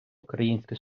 українське